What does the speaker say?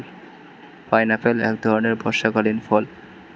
pineapple এক ধরণের বর্ষাকালীন ফল